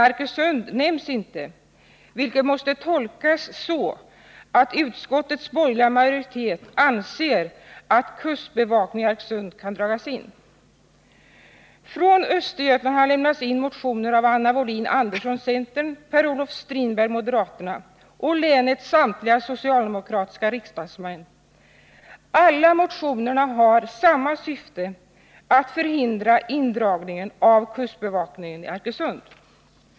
Arkösund nämns inte, vilket måste tolkas så, att utskottets borgerliga majoritet anser att kustbevakningen i Arkösund kan dras in. , Från östgötahåll har det lämnats in motioner av Anna Wohlin-Andersson, centern, Per-Olof Strindberg, moderaterna, och av länets samtliga socialdemokratiska riksdagsmän. Alla motionerna har samma syfte, nämligen att hindra indragningen av kustbevakningen i Arkösund.